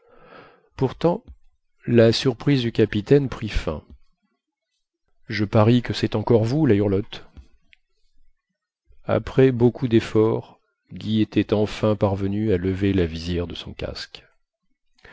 pourtant la surprise du capitaine prit fin je parie que cest encore vous la hurlotte après beaucoup defforts guy était enfin parvenu à lever la visière de son casque